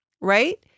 right